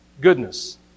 goodness